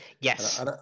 yes